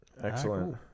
Excellent